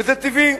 וזה טבעי.